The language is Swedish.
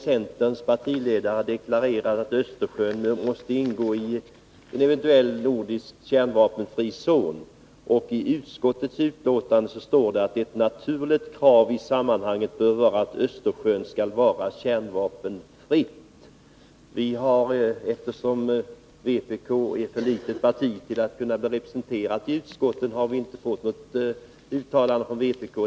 Centerns partiledare har deklarerat att Östersjön måste ingå i en eventuell nordisk kärnvapenfri zon, och i utskottets betänkande står det: ”Ett naturligt krav i sammanhanget bör vara att Östersjön skall vara kärnvapenfritt.” Eftersom vpk är ett för litet parti för att bli representerat i utskotten, har vi inte fått något uttalande från vpk.